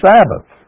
Sabbath